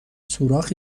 سوراخ